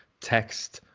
text,